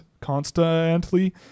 constantly